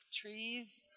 Trees